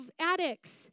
addicts